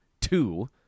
two